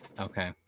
Okay